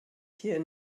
hier